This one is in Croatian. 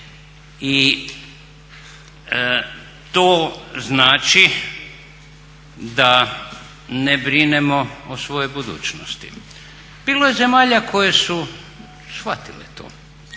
I to znači da ne brinemo o svojoj budućnosti. Bilo je zemalja koje su shvatile to,